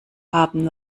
haben